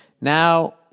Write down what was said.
Now